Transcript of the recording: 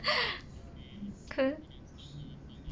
cool